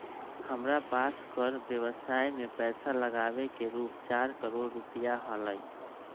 हमरा पास कर व्ययवसाय में पैसा लागावे के रूप चार करोड़ रुपिया हलय